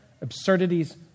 absurdities